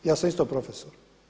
Ja sam isto profesor.